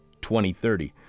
2030